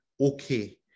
okay